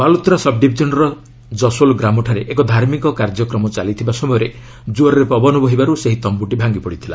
ବାଲୋତ୍ରା ସବ୍ଡିଭିଜନ୍ର କଶୋଲ୍ ଗ୍ରାମଠାରେ ଏକ ଧାର୍ମିକ କାର୍ଯ୍ୟକ୍ରମ ଚାଲିଥିବା ସମୟରେ ଜୋର୍ରେ ପବନ ବହିବାରୁ ସେହି ତମ୍ଭୁଟି ଭାଙ୍ଗିପଡ଼ିଥିଲା